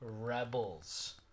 Rebels